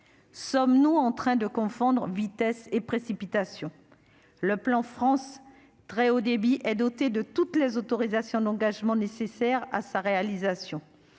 sommes-nous en train de confondre vitesse et précipitation, le plan France très Haut débit est dotée de toutes les autorisations d'engagement nécessaires à sa réalisation,